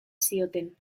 zioten